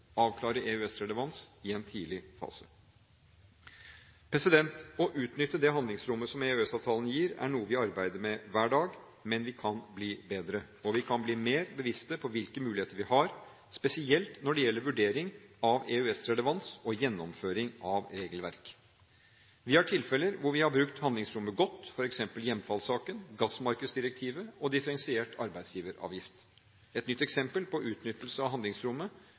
avklare EØS-relevans i en tidlig fase. Å utnytte det handlingsrommet som EØS-avtalen gir, er noe vi arbeider med hver dag. Men vi kan bli bedre. Og vi kan bli mer bevisste på hvilke muligheter vi har, spesielt når det gjelder vurdering av EØS-relevans og gjennomføring av regelverk. Vi har tilfeller hvor vi har brukt handlingsrommet godt, f.eks. når det gjelder hjemfallssaken, gassmarkedsdirektivet og differensiert arbeidsgiveravgift. Et nytt eksempel på utnyttelse av handlingsrommet